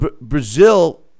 Brazil